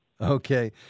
Okay